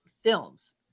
films